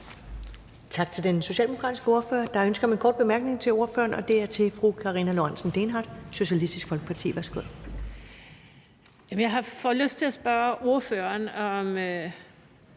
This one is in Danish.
Tak til den socialdemokratiske ordfører. Der er ønske om en kort bemærkning til ordføreren, og det er fra fru Karina Lorentzen Dehnhardt, Socialistisk Folkeparti. Værsgo. Kl. 15:40 Karina Lorentzen